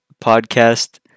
podcast